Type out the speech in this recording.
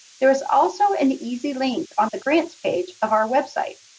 there is also an easy link on the grants page of our website.